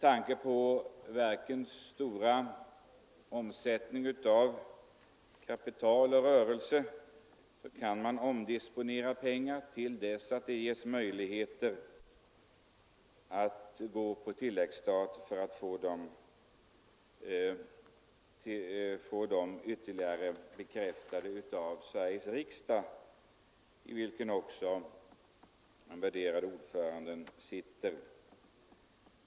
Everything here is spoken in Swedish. Med tanke på verkens stora omsättning av kapital kan man omdisponera pengar till dess att det ges möjlighet att gå på tilläggsstat och få det ytterligare bekräftat av Sveriges riksdag, i vilken också den värderade ordföranden sitter.